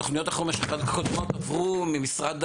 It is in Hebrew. תוכניות החומש הקודמות עברו ממשרד